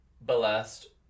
blessed